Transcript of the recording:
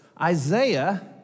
Isaiah